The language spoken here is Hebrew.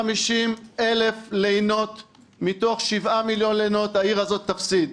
850,000 לינות מתוך 7 מיליון לינות העיר תפסיד.